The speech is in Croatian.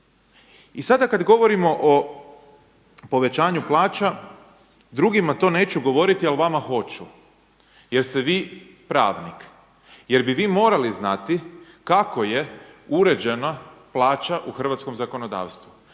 I sada kad govorimo o povećanju plaća drugima to neću govoriti, ali vama hoću jer ste vi pravnik, jer bi vi morali znati kako je uređena plaća u hrvatskom zakonodavstvu.